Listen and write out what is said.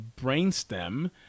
brainstem